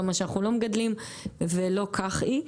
גם מה שאנחנו לא מגדלים ולא כך היא.